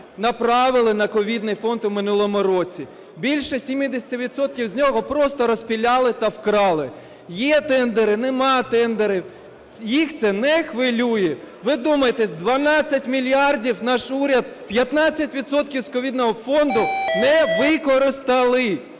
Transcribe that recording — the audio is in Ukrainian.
направили на ковідний фонд в минулому році. Більше 70 відсотків з нього просто "розпиляли" та вкрали. Є тендери, немає тендерів – їх це не хвилює. Вдумайтесь, 12 мільярдів наш уряд 15 відсотків з ковідного фонду не використали.